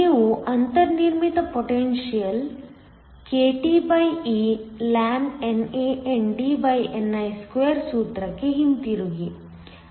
ನೀವು ಅಂತರ್ನಿರ್ಮಿತ potential kTeln NANDni2 ಸೂತ್ರಕ್ಕೆ ಹಿಂತಿರುಗಿ